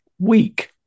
week